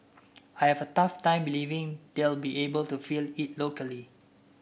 I have a tough time believing they'll be able to fill it locally